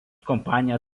kompanija